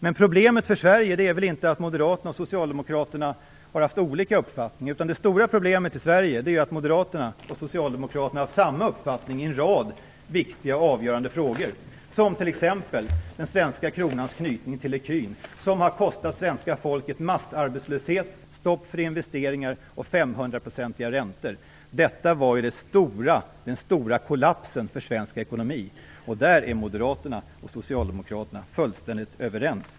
Men problemet för Sverige är inte att Moderaterna och Socialdemokraterna har haft olika uppfattningar. Det stora problemet i Sverige är att Moderaterna och Socialdemokraterna har samma uppfattning i en rad viktiga och avgörande frågor, som t.ex. den svenska kronans knytning till ecu:n, något som har kostat svenska folket massarbetslöshet, stopp för investeringar och räntor på 500 %. Detta var den stora kollapsen för svensk ekonomi. Där är Moderaterna och Socialdemokraterna fullständigt överrens.